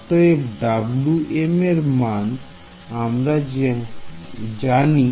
অতএব Wm এর মান আমরা জানি